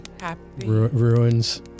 ruins